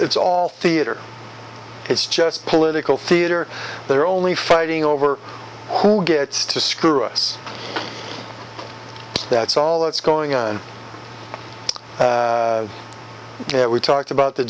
it's all theater it's just political theater there are only fighting over who gets to screw us that's all that's going on and we talked about the